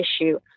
issue